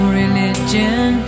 religion